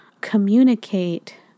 communicate